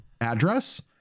address